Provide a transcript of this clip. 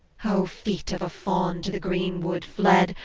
oh, feet of a fawn to the greenwood fled,